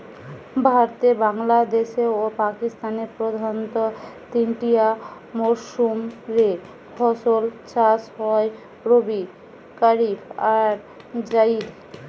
ভারতে, বাংলাদেশে ও পাকিস্তানে প্রধানতঃ তিনটিয়া মরসুম রে ফসল চাষ হয় রবি, কারিফ আর জাইদ